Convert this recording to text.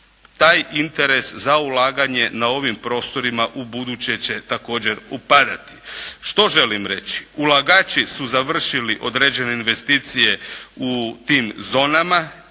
taj interes za ulaganje na ovim prostorima ubuduće će također opadati. Što želim reći? Ulagači su završili određene investicije u tim zonama